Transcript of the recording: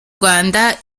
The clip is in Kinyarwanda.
rwanda